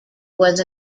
was